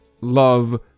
love